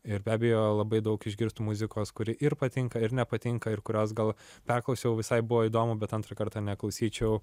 ir be abejo labai daug išgirstu muzikos kuri ir patinka ir nepatinka ir kurios gal perklausiau visai buvo įdomu bet antrą kartą neklausyčiau